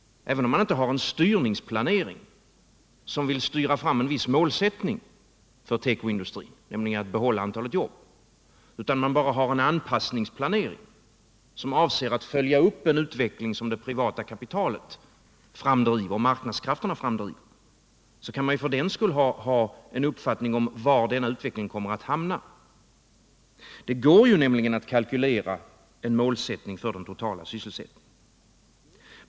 Även om man inte har en viss styrningsplanering för att styra fram en viss målsättning för tekoindustrin när det gäller antalet jobb utan bara har en anpassningsplanering, som avser att följa upp den utveckling som det privata kapitalet och marknadskrafterna driver fram, kan man ju för den skull ha en uppfattning om var denna utveckling kommer att hamna. Det går nämligen att kalkylera en målsättning för den totala sysselsättningen.